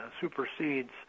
supersedes